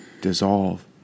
Dissolve